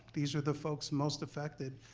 these are the folks most affected.